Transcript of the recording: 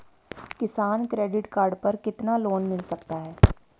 किसान credit card पर कितना लोंन मिल सकता है?